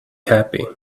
happy